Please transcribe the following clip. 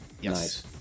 Yes